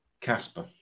casper